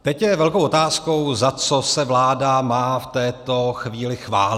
Teď je velkou otázkou, za co se vláda má v této chvíli chválit.